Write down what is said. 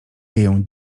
wieją